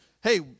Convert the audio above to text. hey